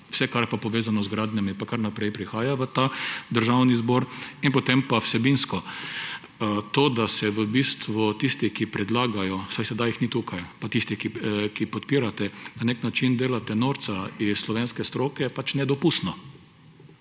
vse, kar je pa povezano z gradnjami, pa kar naprej prihaja v ta državni zbor. Potem pa vsebinsko: to, da se v bistvu tisti, ki predlagajo, saj sedaj jih ni tukaj, pa tisti, ki podpirate, na nek način delate norca iz slovenske stroke, je nedopustno.